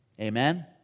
Amen